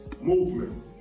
movement